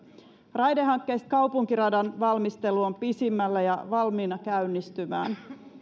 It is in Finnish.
raidehankkeista kaupunkiradan valmistelu on pisimmällä ja valmiina käynnistymään